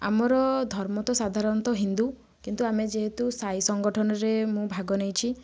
ଆମର ଧର୍ମ ତ ସାଧାରଣତଃ ହିନ୍ଦୁ କିନ୍ତୁ ଆମେ ଯେହେତୁ ସାଇ ସଂଗଠନରେ ମୁଁ ଭାଗ ନେଇଛି